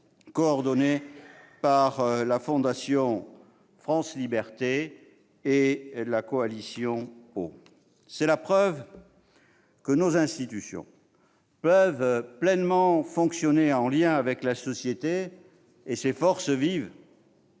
coordonnée par la fondation France Libertés et la Coalition Eau. C'est la preuve que nos institutions peuvent pleinement fonctionner en lien avec la société et ses forces vives,